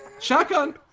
Shotgun